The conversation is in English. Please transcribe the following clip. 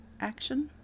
action